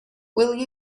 will